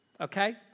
Okay